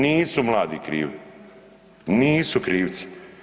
Nisu mladi krivi, nisu krivci.